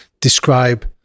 describe